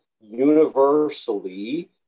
universally